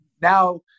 now